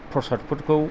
प्रसादफोरखौ